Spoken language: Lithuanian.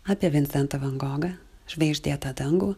apie vincentą van gogą žvaigždėtą dangų